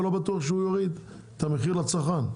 ולא בטוח שהוא יוריד את המחיר לצרכן.